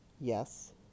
Yes